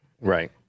right